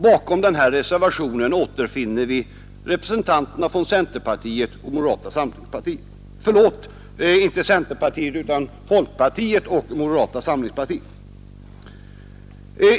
Bakom denna reservation står representanter för folkpartiet och moderata samlingspartiet.